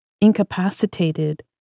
incapacitated